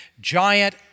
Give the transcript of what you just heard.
giant